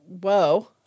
whoa